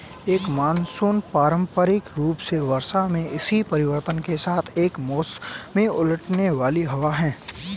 एक मानसून पारंपरिक रूप से वर्षा में इसी परिवर्तन के साथ एक मौसमी उलटने वाली हवा है